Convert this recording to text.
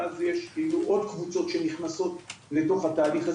ואז יש עוד קבוצות שנכנסות לתוך התהליך הזה.